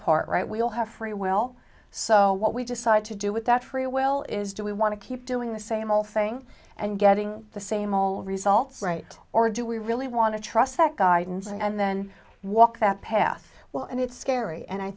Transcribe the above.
part right we all have free will so what we decide to do with that free will is do we want to keep doing the same old thing and getting the same all results right or do we really want to trust that guidance and then walk that path well and it's scary and i